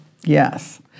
yes